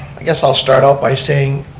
i guess i'll start out by saying